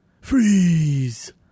freeze